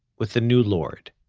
with a new lord.